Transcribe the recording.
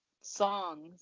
songs